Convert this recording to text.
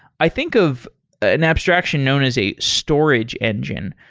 i think of an abstraction known as a storage engine.